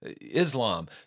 Islam